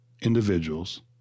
individuals